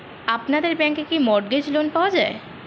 আপনাদের ব্যাংকে কি মর্টগেজ লোন পাওয়া যায়?